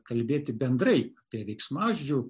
kalbėti bendrai apie veiksmažodžių